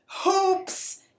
hoops